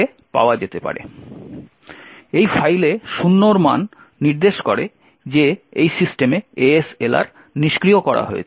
এই ফাইলে 0 এর মান নির্দেশ করে যে এই সিস্টেমে ASLR নিষ্ক্রিয় করা হয়েছে